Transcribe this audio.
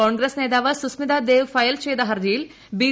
കോൺഗ്രസ് നേതാവ് സുസ്മിതാ ദേവ് ഫയൽ ചെയ്ത ഹർജിയിൽ ബി